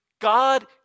God